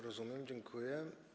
Rozumiem, dziękuję.